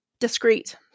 discrete